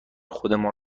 خودمان